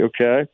Okay